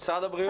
ממשרד הבריאות?